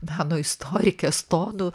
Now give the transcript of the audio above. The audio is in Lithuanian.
meno istorikės tonu